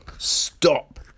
Stop